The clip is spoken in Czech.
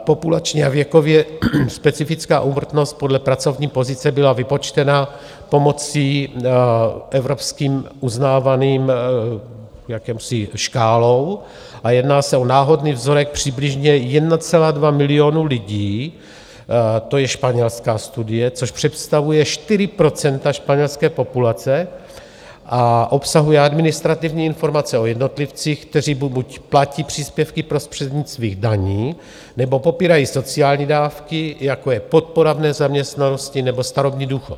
Populačně a věkově specifická úmrtnost podle pracovní pozice byla vypočtena pomocí evropským uznávaným, jakousi škálou, a jedná se o náhodný vzorek přibližně 1,2 milionu lidí, to je španělská studie, což představuje 4 % španělské populace, a obsahuje administrativní informace o jednotlivcích, kteří buď platí příspěvky prostřednictvím daní, nebo pobírají sociální dávky, jako je podpora v nezaměstnanosti nebo starobní důchod.